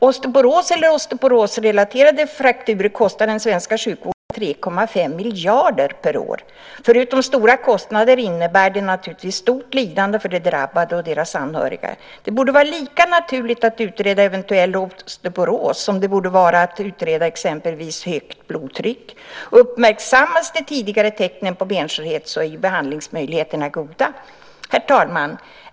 Osteoporos eller osteoporosrelaterade frakturer kostar den svenska sjukvården 3,5 miljarder per år. Förutom stora kostnader innebär det naturligtvis stort lidande för de drabbade och deras anhöriga. Det borde vara lika naturligt att utreda eventuell osteoporos som att utreda exempelvis högt blodtryck. Om de tidiga tecknen på benskörhet uppmärksammas är ju behandlingsmöjligheterna goda. Herr talman!